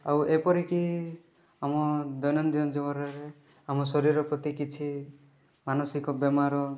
ଆଉ ଏପରିକି ଆମ ଦୈନନ୍ଦିନ ଜୀବନରେ ଆମ ଶରୀର ପ୍ରତି କିଛି ମାନସିକ ବେମାର